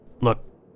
look